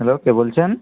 hello কে বলছেন